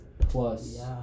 plus